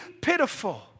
pitiful